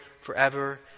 forever